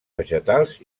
vegetals